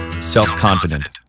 self-confident